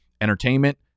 Entertainment